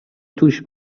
توش